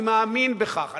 אני מאמין בכך,